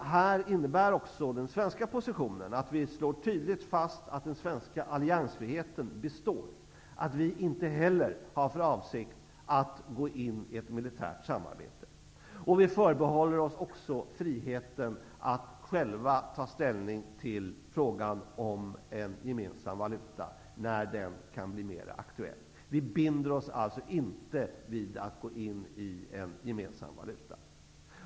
Den svenska positionen innebär att vi tydligt slår fast att den svenska alliansfriheten består och att vi inte heller har för avsikt att gå in i ett militärt samarbete. Vi förbehåller oss också friheten att själva ta ställning till frågan om en gemensam valuta, när den kan bli mera aktuell. Vi binder oss alltså inte för att gå in under en gemensam valuta.